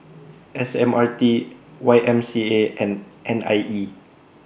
S M R T Y M C A and N I E